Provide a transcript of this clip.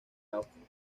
austria